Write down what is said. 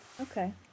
Okay